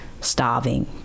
starving